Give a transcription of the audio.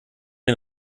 den